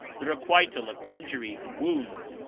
the requital of injuries and wounds,